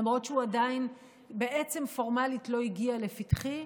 למרות שהוא עדיין בעצם פורמלית לא הגיע לפתחי,